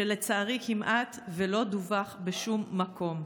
שלצערי כמעט ולא דווח בשום מקום.